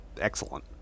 excellent